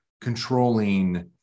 controlling